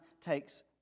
takes